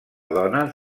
dones